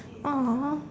!aww!